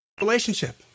Relationship